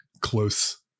close